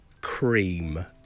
Cream